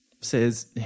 says